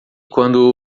quando